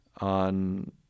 on –